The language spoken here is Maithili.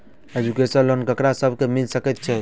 एजुकेशन लोन ककरा सब केँ मिल सकैत छै?